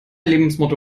lebensmotto